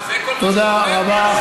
תודה רבה.